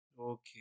okay